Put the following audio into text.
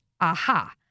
Aha